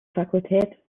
fakultät